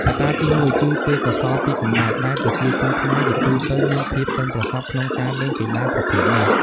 កត្តាទីមួយគឺទេពកោសល្យពីកំណើត ដែលប្រជាជនខ្មែរជាទូទៅមានភាពប៉ិនប្រសប់ក្នុងការលេងកីឡាប្រភេទនេះ។